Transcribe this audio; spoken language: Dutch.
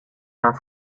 haar